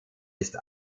ist